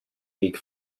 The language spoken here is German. weg